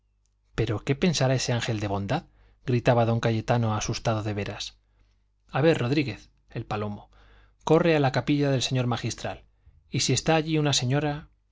pero qué pensará ese ángel de bondad gritaba don cayetano asustado de veras a ver rodríguez el palomo corre a la capilla del señor magistral y si está allí una señora